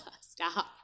Stop